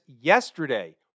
yesterday